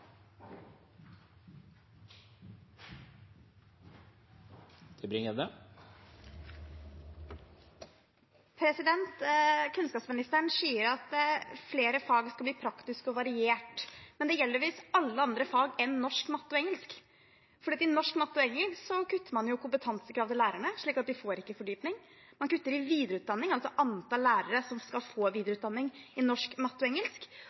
Kunnskapsministeren sier at flere fag skal bli praktiske og varierte, men det gjelder visst alle andre fag enn norsk, matte og engelsk, for i norsk, matte og engelsk kutter man kompetansekrav til lærerne, slik at de ikke får fordypning. Man kutter i videreutdanning, altså antall lærere som skal få videreutdanning i norsk, matte og engelsk.